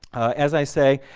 as i say,